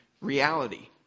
reality